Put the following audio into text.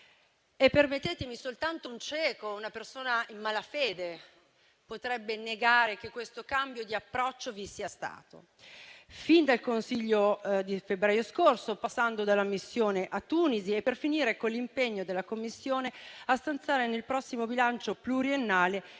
di dire che soltanto un cieco, una persona in malafede potrebbe negare che questo cambio di approccio vi sia stato, fin dal Consiglio europeo del febbraio scorso, passando dalla missione a Tunisi, e per finire con l'impegno della Commissione a stanziare nel prossimo bilancio pluriennale